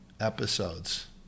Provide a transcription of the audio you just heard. episodes